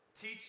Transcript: teach